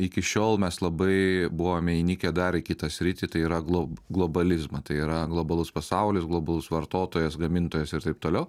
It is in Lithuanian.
iki šiol mes labai buvome įnikę dar į kitą sritį tai yra glob globalizmą tai yra globalus pasaulis globalus vartotojas gamintojas ir taip toliau